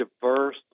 diverse